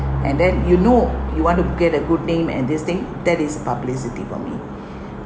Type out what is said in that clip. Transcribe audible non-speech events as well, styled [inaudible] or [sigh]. and then you know you want to get a good name and this thing that is publicity for me [breath]